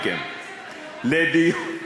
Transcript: לדיון ציבורי,